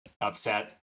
upset